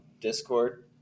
Discord